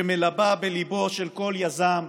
שמלבה בליבו של כל יזם,